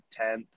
10th